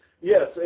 Yes